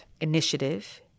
initiative